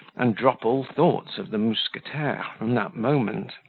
and drop all thoughts of the mousquetaire from that moment.